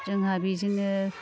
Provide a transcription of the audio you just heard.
जोंहा बिजोंनो